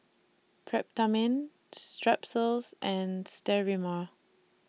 Peptamen Strepsils and Sterimar